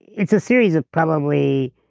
it's a series of probably